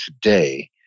today